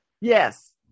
Yes